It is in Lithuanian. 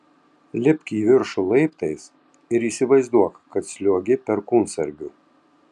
lipk į viršų laiptais ir įsivaizduok kad sliuogi perkūnsargiu